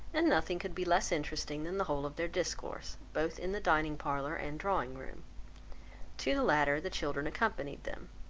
and nothing could be less interesting than the whole of their discourse both in the dining parlour and drawing room to the latter, the children accompanied them,